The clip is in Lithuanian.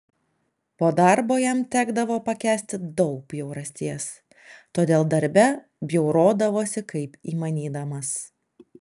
po darbo jam tekdavo pakęsti daug bjaurasties todėl darbe bjaurodavosi kaip įmanydamas